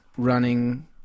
running